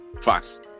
Fox